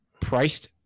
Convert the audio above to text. priced